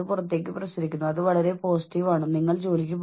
ജോലി വളരെ കൂടുതലാണ് അല്ലെങ്കിൽ വളരെ കുറവാണ് എന്നിങ്ങനെയുള്ള തോന്നലുകൾ